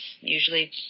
usually